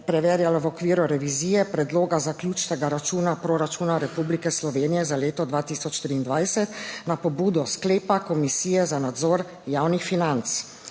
preverjalo v okviru revizije Predloga zaključnega računa proračuna Republike Slovenije za leto 2023 na pobudo sklepa Komisije za nadzor javnih financ.